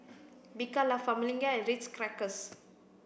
Bika La Famiglia and Ritz Crackers